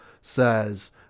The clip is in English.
says